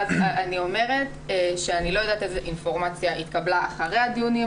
-- אני לא יודעת איזו אינפורמציה התקבלה אחרי הדיונים,